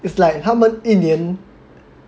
it's like 他们一年